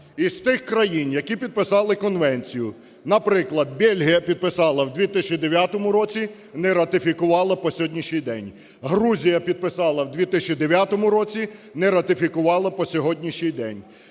Із тих країн, які підписали конвенцію, наприклад, Бельгія підписала в 2009 році, не ратифікувала по сьогоднішній день; Грузія підписала в 2009 році, не ратифікувала по сьогоднішній день.